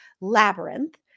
Labyrinth